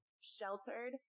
sheltered